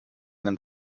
einen